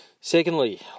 Secondly